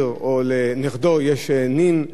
או לנכדו יש נין,